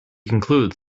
concludes